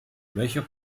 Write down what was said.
welcher